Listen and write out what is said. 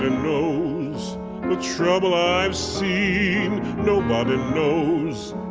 ah knows the trouble i've seen nobody knows